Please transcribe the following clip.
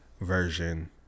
version